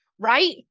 right